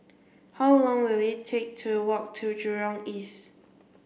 how long will it take to walk to Jurong East